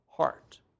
heart